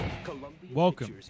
Welcome